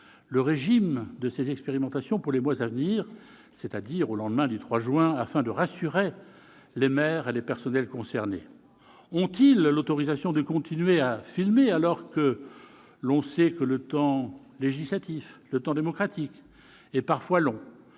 le régime de ces expérimentations pour les mois à venir, c'est-à-dire au lendemain du 3 juin, afin de rassurer les maires et les personnels concernés. Ont-ils l'autorisation de continuer à filmer, alors que l'on sait que le temps législatif, démocratique, est parfois long,